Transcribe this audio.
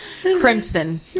crimson